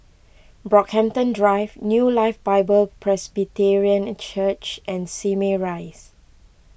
Brockhampton Drive New Life Bible Presbyterian Church and Simei Rise